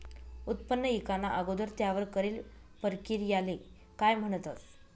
उत्पन्न ईकाना अगोदर त्यावर करेल परकिरयाले काय म्हणतंस?